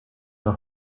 know